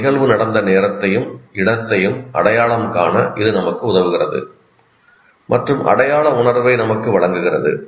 ஒரு நிகழ்வு நடந்த நேரத்தையும் இடத்தையும் அடையாளம் காண இது நமக்கு உதவுகிறது மற்றும் அடையாள உணர்வை நமக்கு வழங்குகிறது